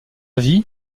vie